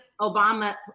Obama